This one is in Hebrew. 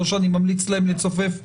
לא שאני ממליץ להם לצופף שולחנות.